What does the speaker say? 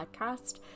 Podcast